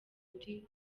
kuri